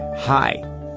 Hi